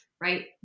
right